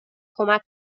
کمک